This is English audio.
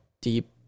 deep